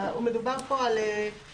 שנדע שאנחנו מדברים על אותו